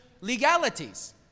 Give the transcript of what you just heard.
legalities